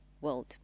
world